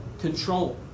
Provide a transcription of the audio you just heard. control